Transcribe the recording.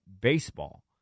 baseball